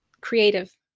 creative